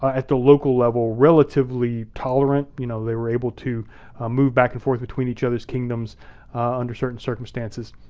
at the local level, relatively tolerant. you know, they were able to move back and forth between each other's kingdoms under certain circumstances.